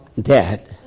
dead